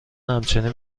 همچنین